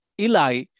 Eli